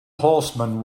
horsemen